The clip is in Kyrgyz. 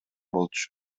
болчу